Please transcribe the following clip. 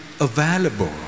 available